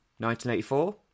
1984